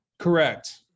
Correct